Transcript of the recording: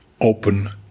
open